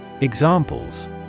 Examples